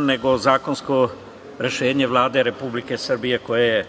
nego zakonsko rešenje Vlade Republike Srbije koje je